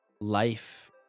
Life